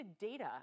data